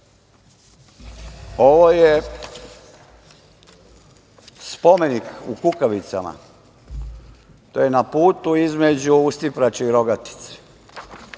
Ovo je spomenik u Kukavicama, to je na putu između Ustiprače i Rogatice. Ovde